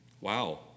Wow